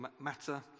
matter